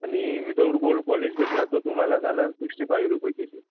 आणि without gold polish घेतला तर तो तुम्हाला जाणार सिक्स्टी फाइव्ह रुपये के जी